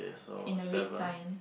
in a red sign